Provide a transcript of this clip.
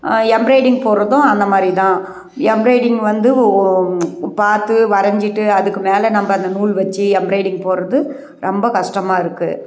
embroidering போடுறதும் அந்தமாதிரி தான் எம்ப்ராய்டிங் வந்து ஒவ்வொ பார்த்து வரைஞ்சிட்டு அதுக்கு மேலே நம்ம அந்த நூல் வச்சு எம்ப்ராய்டிங் போடுறது ரொம்ப கஷ்டமா இருக்குது